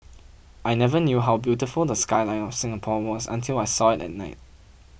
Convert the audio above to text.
I never knew how beautiful the skyline of Singapore was until I saw it at night